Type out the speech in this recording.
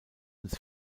ins